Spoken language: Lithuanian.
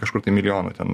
kažkur tai milijonų ten